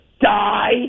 die